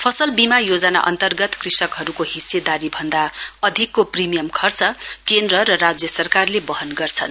फसल बीमा योजना अन्तर्गत कृषकहरूको हिस्सेदारी भन्दा अधिकको प्रिमियम खर्च केन्द्र र राज्य सरकारले बहन गर्छन्